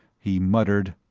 he muttered,